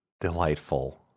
delightful